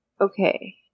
Okay